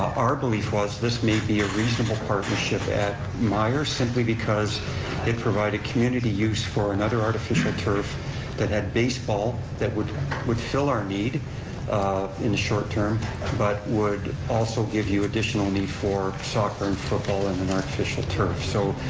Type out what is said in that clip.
our belief was this may be a reasonable partnership at myer, simply because they provide a community use for another artificial turf that had baseball, that would would fill our need um in the short term but would also give you additional need for soccer and football and then artificial turf. so